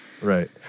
Right